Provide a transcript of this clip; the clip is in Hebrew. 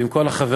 ועם כל החברים,